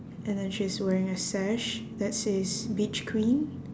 and then she's wearing a sash that says beach queen